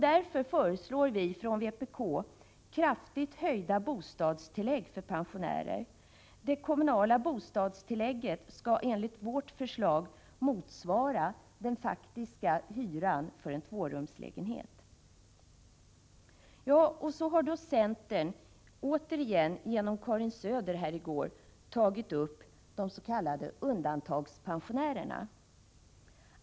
Därför föreslår vi i vpk kraftigt höjda bostadstillägg för pensionärer. Det kommunala bostadstillägget skall, enligt vårt förslag, motsvara den faktiska hyran för en tvårumslägenhet. Återigen har centern — det framgick av Karin Söders uttalanden i går — tagit upp frågan om de s.k. undantagspensionärerna.